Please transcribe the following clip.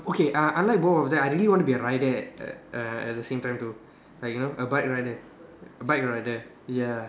okay uh unlike both of them I really wanted to be a rider uh at the same time too like you know a bike rider bike rider ya